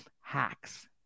Hacks